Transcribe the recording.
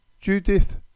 Judith